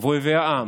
ואויבי העם,